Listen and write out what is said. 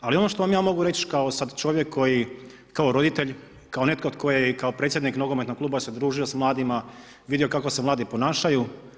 Ali, ono što vam ja mogu reći, kao sad čovjek koji, kao roditelj, kao netko tko je i kao predsjednik nogometnog kluba se družio s mladima, vidio kako se mladi ponašaju.